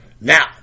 Now